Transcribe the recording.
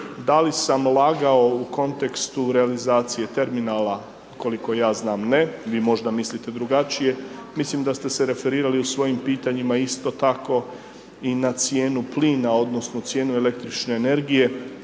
Da li sam lagao u kontekstu realizacije terminala, koliko ja znam ne, vi možda mislite drugačije, mislim da ste se referirali u svojim pitanjima, isto tako i na cijenu plina odnosno cijenu električne energije,